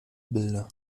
bilder